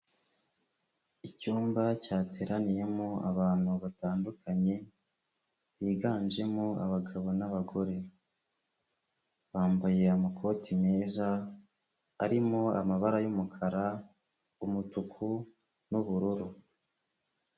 Icyumba cyateraniyemo abantu batandukanye, biganjemo abagabo n'abagore, bambaye amakoti meza, arimo amabara y'umukara, umutuku n'ubururu.